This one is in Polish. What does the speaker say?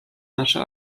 nasze